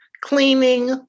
cleaning